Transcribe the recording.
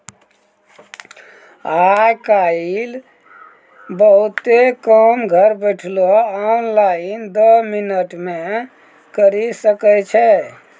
आय काइल बहुते काम घर बैठलो ऑनलाइन दो मिनट मे करी सकै छो